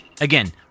again